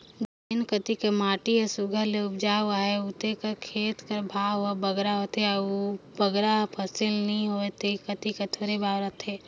जेन कती कर माटी हर सुग्घर ले उपजउ अहे उते कर खेत कर भाव हर बगरा होथे अउ बगरा फसिल नी होए ते कती थोरहें भाव रहथे